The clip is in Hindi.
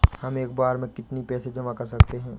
हम एक बार में कितनी पैसे जमा कर सकते हैं?